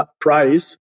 price